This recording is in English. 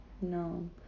No